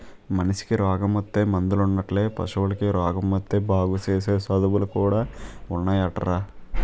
మనిసికి రోగమొత్తే మందులున్నట్లే పశువులకి రోగమొత్తే బాగుసేసే సదువులు కూడా ఉన్నాయటరా